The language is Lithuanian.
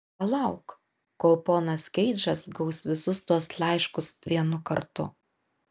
palauk kol ponas keidžas gaus visus tuos laiškus vienu kartu